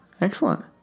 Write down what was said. Excellent